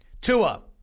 Tua